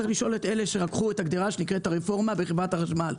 צריך לשאול את אלה שרקחו את הקדירה שנקראת: הרפורמה בחברת החשמל.